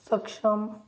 सक्षम